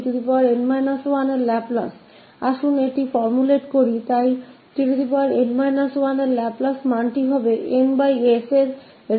तो चलिए इसे तैयार करते हैं तो हमारे पास हैं tnमान है ns tn 1 क लाप्लास मे